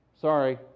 Sorry